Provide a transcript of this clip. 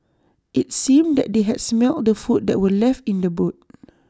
IT seemed that they had smelt the food that were left in the boot